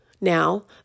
now